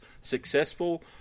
successful